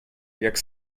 jak